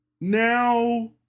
Now